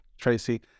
Tracy